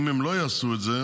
אם הם לא יעשו את זה,